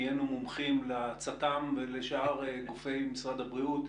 נהיינו מומחים לצט"ם ולשאר גופי משרד הבריאות,